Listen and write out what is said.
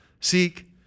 Seek